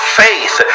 faith